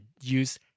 use